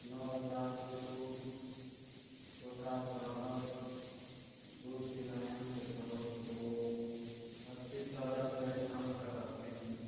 नवजात शिशु छोटा बालक दूध पिलाएँ तो दूध को अच्छी तरह से ढँक कर रखें